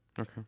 Okay